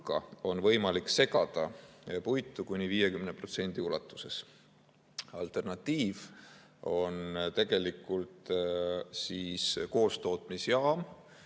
on võimalik segada puitu kuni 50% ulatuses. Alternatiiv on koostootmisjaam,